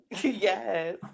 Yes